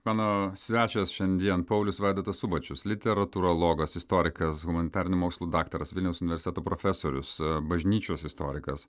mano svečias šiandien paulius vaidotas subačius literatūrologas istorikas humanitarinių mokslų daktaras vilniaus universiteto profesorius bažnyčios istorikas